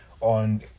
on